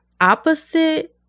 opposite